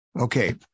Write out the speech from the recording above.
Okay